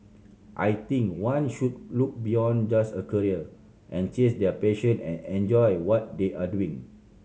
I think one should look beyond just a career and chase their passion and enjoy what they are doing